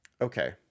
okay